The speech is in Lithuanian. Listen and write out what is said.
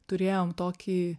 turėjom tokį